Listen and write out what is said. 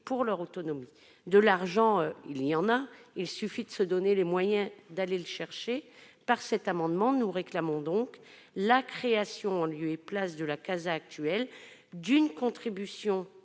payer. De l'argent, il y en a : il suffit de se donner les moyens d'aller le chercher ! Par cet amendement, nous réclamons donc la création, en lieu et place de la CASA, d'une contribution